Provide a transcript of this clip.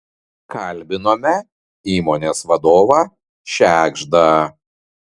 kalbinome įmonės vadovą šegždą